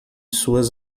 suas